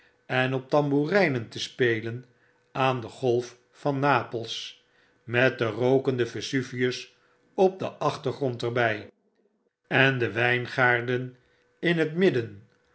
en op tamboerynen te spelen aan de golf van napels met den rookenden vesuvius op den achtergrond er by en de wyngaarden in net midden